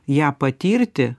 ją patirti